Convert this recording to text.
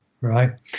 right